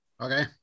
Okay